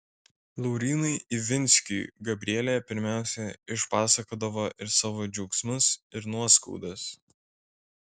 laurynui ivinskiui gabrielė pirmiausia išpasakodavo ir savo džiaugsmus ir nuoskaudas